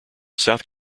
south